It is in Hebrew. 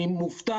אני מופתע